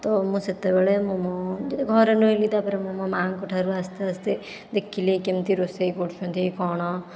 ତ ମୁଁ ସେତେବେଳେ ମୁଁ ଘରେ ରହିଲି ତା'ପରେ ମୁଁ ମୋ ମାଙ୍କ ଠାରୁ ଆସ୍ତେ ଆସ୍ତେ ଦେଖିଲି କେମିତି ରୋଷେଇ କରୁଛନ୍ତି କ'ଣ